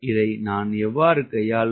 இதை நான் எவ்வாறு கையாள்வது